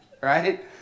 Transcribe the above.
right